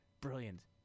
Brilliant